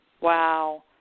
Wow